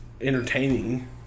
entertaining